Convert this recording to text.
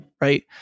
right